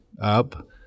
up